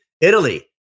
Italy